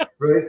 right